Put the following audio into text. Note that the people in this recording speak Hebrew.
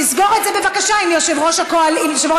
תסגור את זה בבקשה עם יושב-ראש הכנסת,